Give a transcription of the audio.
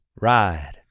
ride